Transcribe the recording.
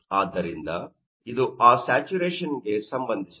ಆದ್ದರಿಂದ ಇದು ಆ ಸ್ಯಾಚುರೇಶನ್ ಗೆ ಸಂಬಂಧಿಸಿದೆ